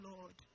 Lord